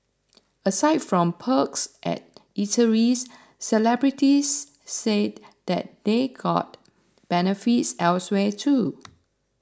aside from perks at eateries celebrities say that they got benefits elsewhere too